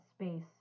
space